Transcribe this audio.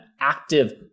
active